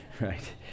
right